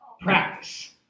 practice